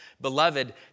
Beloved